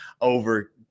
over